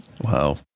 Wow